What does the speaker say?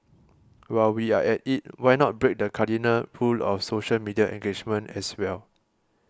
while we are at it why not break the cardinal rule of social media engagement as well